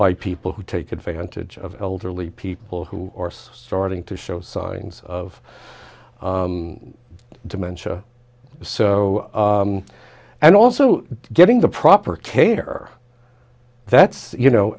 by people who take advantage of elderly people who are starting to show signs of dementia so and also getting the proper kater that's you know